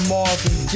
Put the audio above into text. Marvin